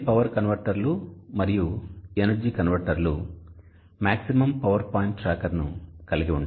అన్ని పవర్ కన్వర్టర్లు మరియు ఎనర్జీ కన్వర్టర్లు గరిష్ట పవర్ పాయింట్ ట్రాకర్ను కలిగి ఉండాలి